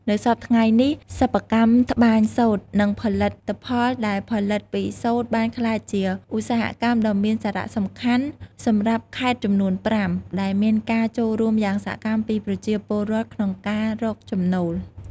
នៅសព្វថ្ងៃនេះ សិប្បកម្មត្បាញសូត្រ និងផលិតផលដែលផលិតពីសូត្របានក្លាយជាឧស្សាហកម្មដ៏មានសារៈសំខាន់សម្រាប់ខេត្តចំនួនប្រាំ ដែលមានការចូលរួមយ៉ាងសកម្មពីប្រជាពលរដ្ឋក្នុងការរកចំណូល។